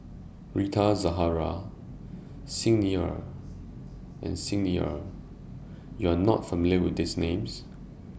Rita Zahara Xi Ni Er and Xi Ni Er YOU Are not familiar with These Names